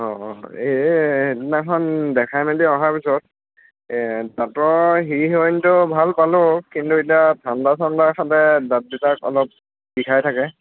অঁ অঁ এই সেদিনাখন দেখাই মেলি অহাৰ পিছত এই দাঁতৰ সিৰসিৰণিটো ভাল পালোঁ কিন্তু এতিয়া ঠাণ্ডা চাণ্ডা খালে দাঁত কেইতা অলপ বিষাই থাকে